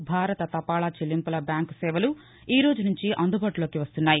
భారత తపాలా చెల్లింపుల బ్యాంక్ సేవలు ఈ రోజు నుంచి అందుబాటులోకి వన్తున్నాయి